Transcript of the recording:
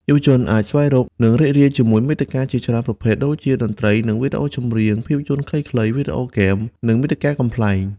យុវជនអាចស្វែងរក និងរីករាយជាមួយមាតិកាជាច្រើនប្រភេទដូចជា តន្ត្រី និងវីដេអូចម្រៀង ភាពយន្តខ្លីៗ វីដេអូហ្គេម និងមាតិកាកំប្លែង។